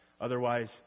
Otherwise